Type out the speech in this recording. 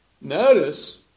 Notice